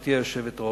גברתי היושבת-ראש,